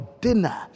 dinner